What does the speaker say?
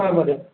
ആ മതി